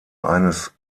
eines